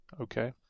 Okay